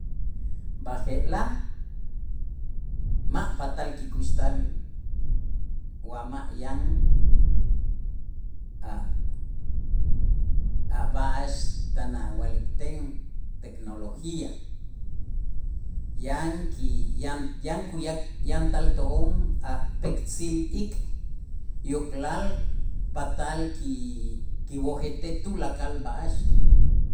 B'aje'laj ma' patal kikuxtal wa ma' yan a' a' b'a'ax tan awa'likten tecnología yan ki yan yan kuya' yantal to'on a' pektzil ik' yok'lal patal ki- kiwojetej tulakal b'a'ax.